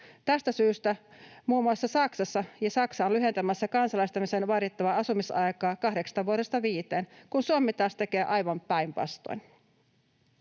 Tästä syystä muun muassa Saksa on lyhentämässä kansalaistamiseen vaadittavaa asumisaikaa kahdeksasta vuodesta viiteen, kun Suomi taas tekee aivan päinvastoin.